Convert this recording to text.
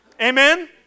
Amen